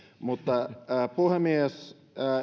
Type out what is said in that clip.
mutta puhemies